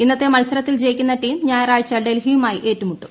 ഇന്നത്തെ മത്സരത്തിൽ ജയിക്കുന്ന ടീം ഞായറാഴ്ച്ച്ഡൽഹിയുമായി ഏറ്റുമുട്ടും